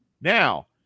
Now